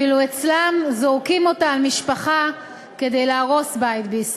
ואילו אצלם זורקים אותה על משפחה כדי להרוס את ביתה.